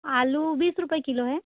आलू बीस रुपए किलो है